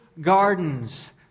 gardens